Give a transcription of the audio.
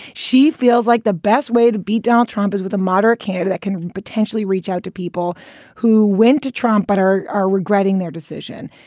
she feels like the best way to beat donald trump is with a moderate candidate, can potentially reach out to people who went to trump but are are regretting their decision.